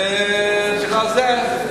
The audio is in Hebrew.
ובגלל זה,